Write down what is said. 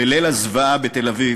בליל הזוועה בתל-אביב,